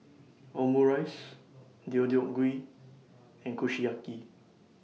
Omurice Deodeok Gui and Kushiyaki